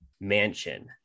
mansion